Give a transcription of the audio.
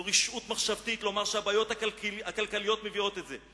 רשעות מחשבתית לומר שהבעיות הכלכליות מביאות את זה.